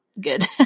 good